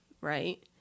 right